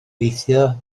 gweithio